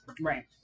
right